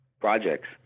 projects